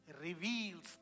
reveals